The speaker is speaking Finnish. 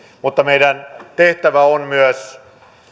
mutta meidän tehtävämme on myös